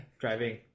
Driving